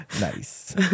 Nice